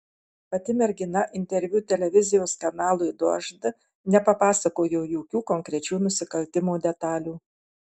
pati mergina interviu televizijos kanalui dožd nepapasakojo jokių konkrečių nusikaltimo detalių